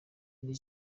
iri